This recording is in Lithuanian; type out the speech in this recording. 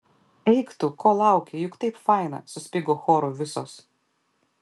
eik tu ko lauki juk taip faina suspigo choru visos